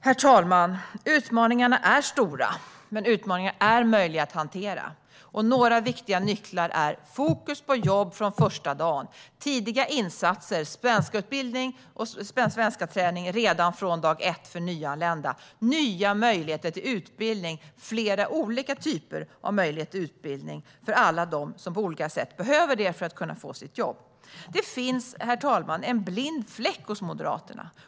Herr talman! Utmaningarna är stora, men de är möjliga att hantera. Några viktiga nycklar är fokus på jobb från första dagen, tidiga insatser, utbildning och träning i svenska redan från dag ett för nyanlända, nya möjligheter till utbildning och flera olika typer av möjligheter till utbildning för alla dem som på olika sätt behöver det för att kunna få ett jobb. Herr talman! Det finns en blind fläck hos Moderaterna.